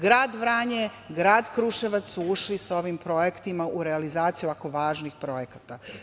Grad Vranje i grad Kruševac su ušli sa ovim projektima u realizaciju ovako važnih projekata.